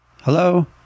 Hello